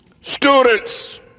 students